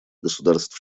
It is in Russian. государств